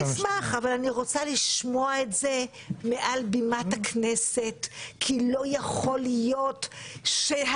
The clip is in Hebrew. אשמח אבל אני רוצה לשמוע זאת מעל במת הכנסת כי לא יכול להיות שהנגב,